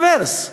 רוורס.